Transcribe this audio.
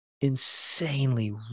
insanely